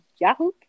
Yahoo